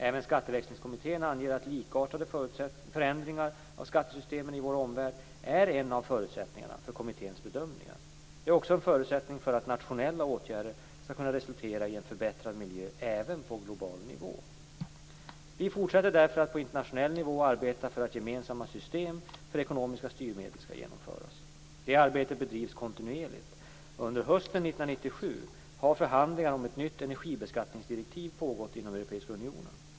Även Skatteväxlingskommittén anger att likartade förändringar av skattesystemen i vår omvärld är en av förutsättningarna för kommitténs bedömningar. Det är också en förutsättning för att nationella åtgärder skall kunna resultera i en förbättrad miljö även på global nivå. Vi fortsätter därför att på internationell nivå arbeta för att gemensamma system för ekonomiska styrmedel skall genomföras. Det arbetet bedrivs kontinuerligt. Under hösten 1997 har förhandlingar om ett nytt energibeskattningsdirektiv pågått inom Europeiska unionen.